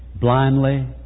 blindly